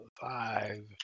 Five